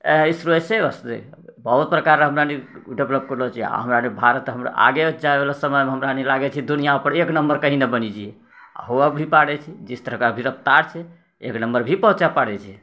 इसरो ऐसे बसतै बहुत प्रकार र हमराअनी डेवलप करलो छियै आ हमराअनी भारत हमरा आगे जायवला समयमे हमराअनी लागै छै दुनियापर एक नम्बर कहीँ ने बनि जाय हुवे भी पड़ै छै जिसतरह अभी रफ़्तार छै एक नम्बर भी पहुँचय पड़ै छै